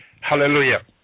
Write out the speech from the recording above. Hallelujah